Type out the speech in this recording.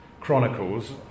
Chronicles